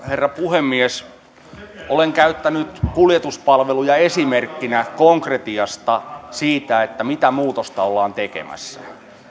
herra puhemies olen käyttänyt kuljetuspalveluja esimerkkinä konkretiasta siitä mitä muutosta ollaan tekemässä